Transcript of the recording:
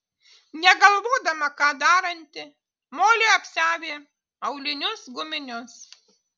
negalvodama ką daranti molė apsiavė aulinius guminius